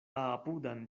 apudan